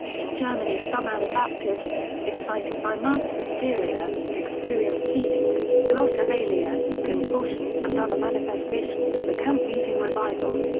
in germany some anabaptists, excited by mass hysteria, experienced healings, glossolalia, contortions and other manifestations of a camp-meeting revival.